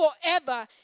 forever